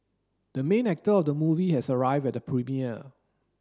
the main actor of the movie has arrived at the premiere